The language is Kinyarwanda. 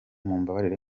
mumbabarire